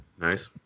Nice